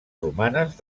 romanes